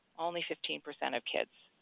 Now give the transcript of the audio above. only fifteen percent of kids.